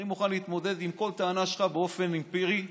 אני מוכן להתמודד עם כל טענה שלך באופן אמפירי ועובדתי.